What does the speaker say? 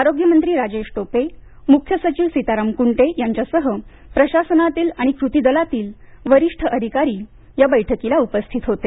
आरोग्यमंत्री राजेश टोपे मुख्य सचिव सीताराम कुंटे यांच्यासह प्रशासनातील आणि कृती दलातील वरिष्ठ अधिकारी या बैठकीला उपस्थित होते